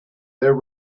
their